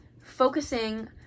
focusing